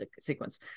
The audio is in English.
sequence